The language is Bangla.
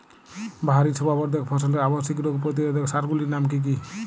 বাহারী শোভাবর্ধক ফসলের আবশ্যিক রোগ প্রতিরোধক সার গুলির নাম কি কি?